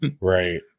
Right